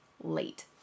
late